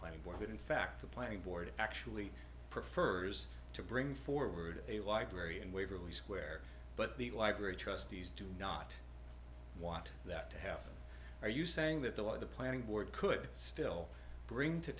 board in fact the planning board actually prefers to bring forward a library and waverley square but the library trustees do not want that to have are you saying that they want the planning board could still bring to